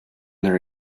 their